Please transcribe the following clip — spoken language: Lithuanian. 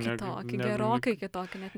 kitokį gerokai kitokį net ne